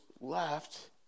left